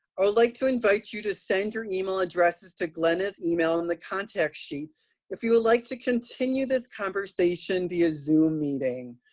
like to invite you to send your email addresses to glenna's email in the contact sheet if you would like to continue this conversation via zoom meeting.